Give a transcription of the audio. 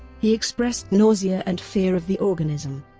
he expressed nausea and fear of the organism.